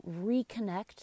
reconnect